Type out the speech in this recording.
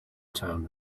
town